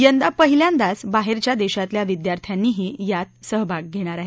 यंदा पहिल्यांदाच बाहेरच्या देशातल्या विद्यार्थ्यांही यात सहभागी होणार आहेत